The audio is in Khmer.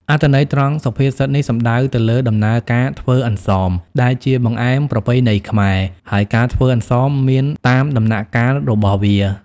អត្ថន័យត្រង់សុភាសិតនេះសំដៅទៅលើដំណើរការធ្វើ អន្សម ដែលជាបង្អែមប្រពៃណីខ្មែរ ហើយការធ្វើនំអន្សមមានតាមដំណាក់កាលរបស់វា។